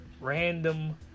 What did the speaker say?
random